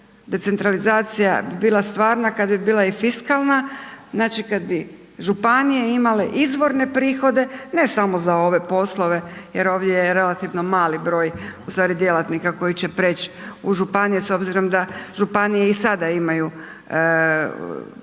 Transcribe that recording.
Decentralizacija bi bila stvarna kad bi bila i fiskalna, znači kad bi županije imale izvorne prihode, ne samo za ove poslove jer ovdje je relativno mali broj u stvari, djelatnika koji će preći u županije s obzirom da županije i sada imaju već